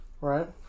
right